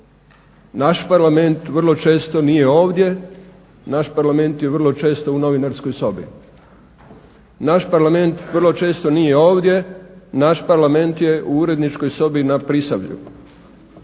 Naš Parlament vrlo često nije ovdje, naš Parlament je vrlo često u novinarskoj sobi. Naš Parlament vrlo često nije ovdje, naš Parlament je u uredničkoj sobi na Prisavlju,